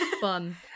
fun